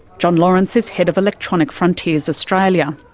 jon lawrence is head of electronic frontiers australia.